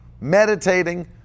meditating